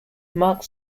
mark